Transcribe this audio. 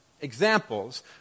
examples